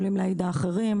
יכולים להעיד האחרים,